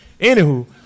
Anywho